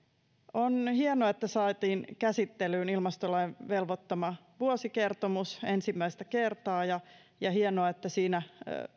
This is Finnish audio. on hienoa että saatiin käsittelyyn ilmastolain velvoittama vuosikertomus ensimmäistä kertaa ja ja että siinä